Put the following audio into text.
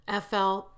FL